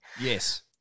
Yes